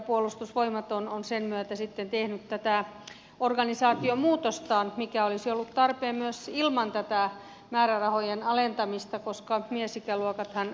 puolustusvoimat on sen myötä sitten tehnyt tätä organisaatiomuutostaan mikä olisi ollut tarpeen myös ilman tätä määrärahojen alentamista koska miesikäluokathan vähenevät